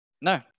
No